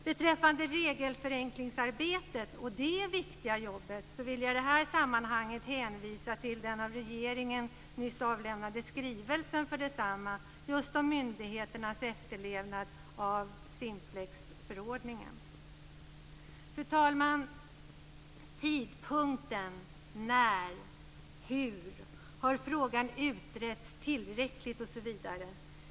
Beträffande det viktiga förenklingsarbetet av regler vill jag i det här sammanhanget hänvisa till regeringens nyss avlämnade skrivelse om myndigheternas efterlevnad av Simplexförordningen. Fru talman! Tidpunkten. När? Hur? Har frågan utretts tillräckligt, osv.?